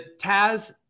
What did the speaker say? Taz